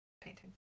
painting